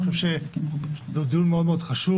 אני חושב שזה דיון מאוד מאוד חשוב,